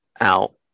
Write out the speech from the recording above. out